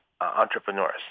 entrepreneurs